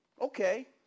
okay